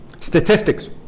statistics